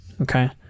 okay